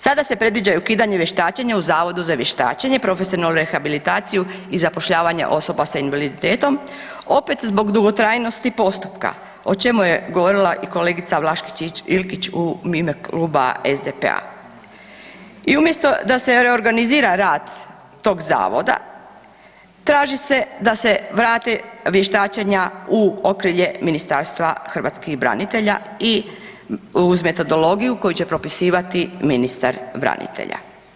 Sada se predviđa i ukidanje vještačenja u Zavodu za vještačenje, profesionalnu rehabilitaciju i zapošljavanje osoba sa invaliditetom opet zbog dugotrajnosti postupka, o čemu je govorila i kolegica Vlašić-Iljkić u ime Kluba SDP-a i umjesto da se reorganizira rad tog zavoda traži se da se vrati vještačenja u okrilje Ministarstva hrvatskih branitelja i uz metodologiju koju će propisivati ministar branitelja.